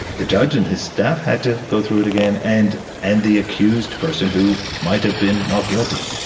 the judge and his staff had to go through it again, and and the accused person, who might have been not guilty,